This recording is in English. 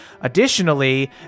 Additionally